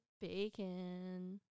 bacon